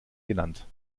genannt